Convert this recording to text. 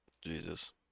Jesus